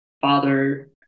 father